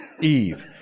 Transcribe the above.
Eve